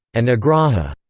and agraha,